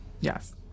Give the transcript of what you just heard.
Yes